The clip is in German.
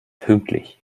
pünktlich